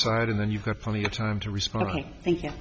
side and then you've got plenty of time to respond thank